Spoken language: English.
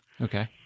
Okay